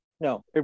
No